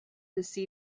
the